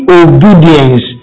obedience